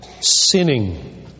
sinning